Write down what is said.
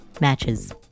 matches